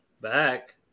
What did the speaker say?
back